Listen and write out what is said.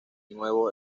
nuevo